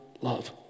love